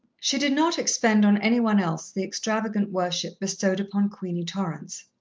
she did not expend on any one else the extravagant worship bestowed upon queenie torrance.